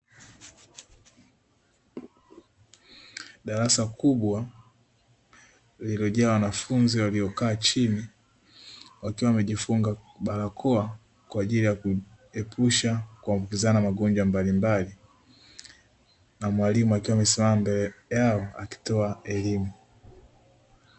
Darasa kubwa lililojaa wanafunzi waliokaa chini wakiwa wamejifunga barakoa kwa ajili ya kuepusha kuambukizana magonjwa mbalimbali, na mwalimu akiwa amesimama mbele yao akitoa elimu.